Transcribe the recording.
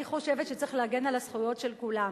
אני חושבת שצריך להגן על הזכויות של כולם.